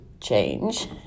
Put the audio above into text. change